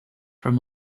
from